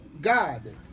God